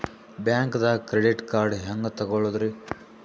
ಬ್ಯಾಂಕ್ದಾಗ credit card ಹೆಂಗ್ ತಗೊಳದ್ರಿ?